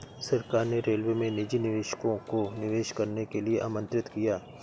सरकार ने रेलवे में निजी निवेशकों को निवेश करने के लिए आमंत्रित किया